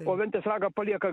o ventės ragą palieka